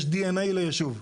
יש DNA לישוב.